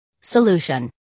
solution